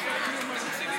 שאלה מצוינת,